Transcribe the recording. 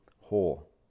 whole